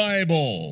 Bible